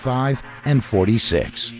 five and forty six